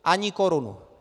Ani korunu!